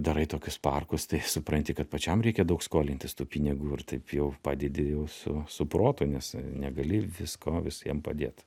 darai tokius parkus tai supranti kad pačiam reikia daug skolintis tų pinigų ir taip jau padedi jau su su protu nes negali visko visiem padėt